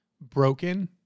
broken